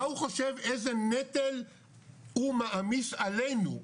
מה הוא חושב איזה נטל מעמיס עלינו?